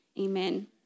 Amen